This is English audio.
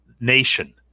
nation